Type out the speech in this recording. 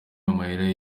amahera